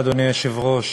אדוני היושב-ראש,